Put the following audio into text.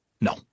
no